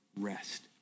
rest